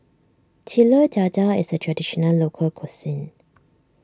Telur Dadah is a Traditional Local Cuisine